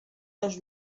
dos